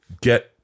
get